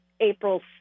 April